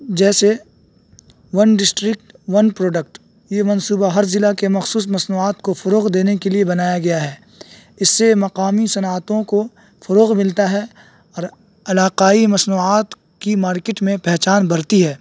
جیسے one district one product یہ منصوبہ ہر ضلع کے مخصوص مصنوعات کو فروغ دینے کے لیے بنایا گیا ہے اس سے مقامی صنعتوں کو فروغ ملتا ہے اور علاقائی مصنوعات کی مارکیٹ میں پہچان بڑھتی ہے